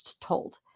told